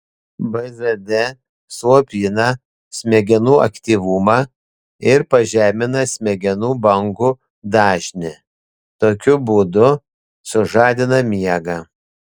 bzd slopina smegenų aktyvumą ir pažemina smegenų bangų dažnį tokiu būdu sužadina miegą